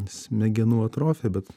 smegenų atrofija bet